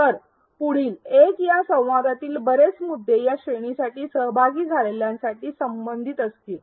तर पुढील एक या संवादातील बरेच मुद्दे या श्रेणींसाठी सहभागी झालेल्यांसाठी संबंधित असतील